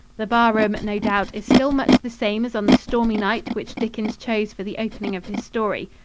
the bar-room, no doubt, is still much the same as on the stormy night which dickens chose for the opening of his story.